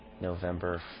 November